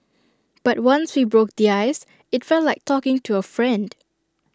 but once we broke the ice IT felt like talking to A friend